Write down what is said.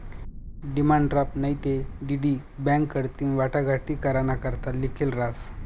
demand draft नैते DD bank कडथीन वाटाघाटी कराना करता लिखेल रहास